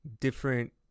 different